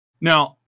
Now